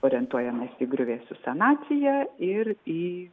orientuojamasi į griuvėsius senatvėje ir į